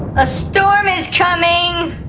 a storm is coming!